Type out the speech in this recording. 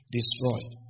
Destroyed